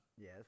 Yes